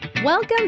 Welcome